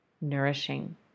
nourishing